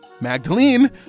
Magdalene